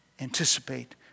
anticipate